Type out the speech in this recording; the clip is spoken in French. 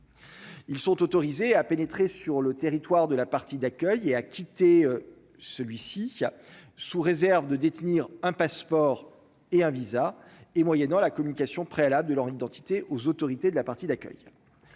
ils sont autorisés à pénétrer sur le territoire de la partie d'accueil et a quitté celui-ci a, sous réserve de détenir un passeport et un VISA et moyennant la communication préalable de leur identité aux autorités de la partie d'accueil